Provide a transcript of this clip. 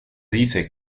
dice